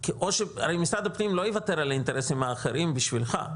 הרי משרד הפנים לא יוותר על האינטרסים האחרים בשבילך.